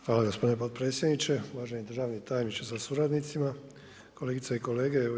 Hvala gospodine potpredsjedniče, uvaženi državni tajniče sa suradnicima, kolegice i kolege.